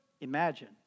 imagine